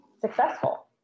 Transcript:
successful